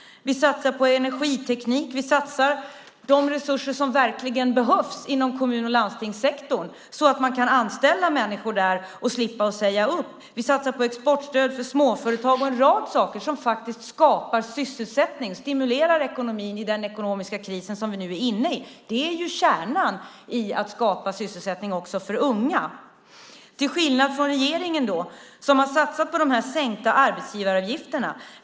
Vi satsar på energiteknik. Vi satsar de resurser som verkligen behövs inom kommun och landstingssektorn så att man kan anställa människor där och slippa säga upp. Vi satsar på exportstöd för småföretag och en rad saker som faktiskt skapar sysselsättning och stimulerar ekonomin i den ekonomiska kris som vi nu är inne i. Det är kärnan i att skapa sysselsättning också för unga. Det gör vi till skillnad från regeringen som har satsat på de sänkta arbetsgivaravgifterna.